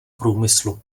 průmyslu